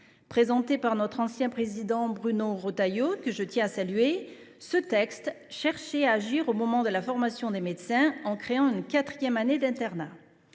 Présenté par notre ancien président Bruno Retailleau, que je tiens à saluer, ce texte cherchait à agir au moment de la formation des médecins en créant une quatrième année d’internat.